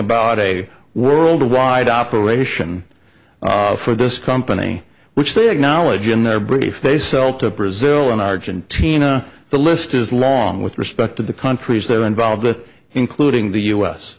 about a worldwide operation for this company which they acknowledge in their brief they sell to brazil and argentina the list is long with respect to the countries that are involved including the u